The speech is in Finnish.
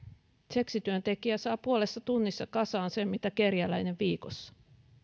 seksityöntekijä saa puolessa tunnissa kasaan sen mitä kerjäläinen viikossa